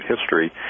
history